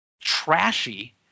trashy